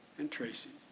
and tracing.